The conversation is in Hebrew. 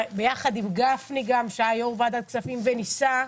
ביחד עם גפני, שהיה יושב-ראש ועדת הכספים וניסה,